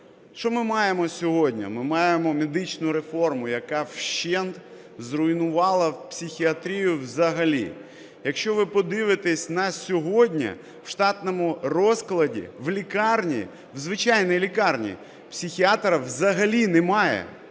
Що ми маємо сьогодні? Ми маємо медичну реформу, яка вщент зруйнувала психіатрію взагалі. Якщо ви подивитесь, у нас сьогодні в штатному розкладі в лікарні, в звичайній лікарні, психіатра взагалі немає.